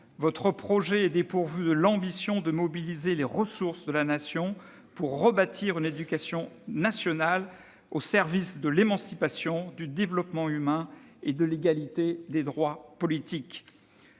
votre projet est dépourvu de l'ambition de mobiliser les ressources de la Nation pour rebâtir une éducation nationale au service de l'émancipation, du développement humain et de l'égalité des droits politiques.